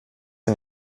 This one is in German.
ihr